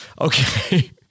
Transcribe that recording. Okay